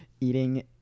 eating